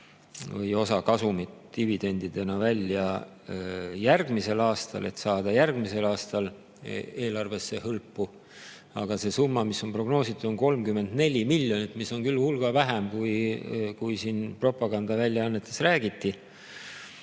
või osa kasumit dividendidena välja järgmisel aastal, et saada järgmisel aastal eelarvesse hõlpu. Aga see summa, mis on prognoositud, 34 miljonit, on küll hulga väiksem, kui propagandaväljaannetes räägiti.